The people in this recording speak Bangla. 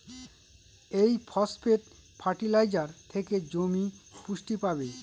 এই ফসফেট ফার্টিলাইজার থেকে জমি পুষ্টি পাবে